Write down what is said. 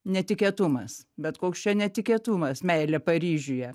netikėtumas bet koks čia netikėtumas meilė paryžiuje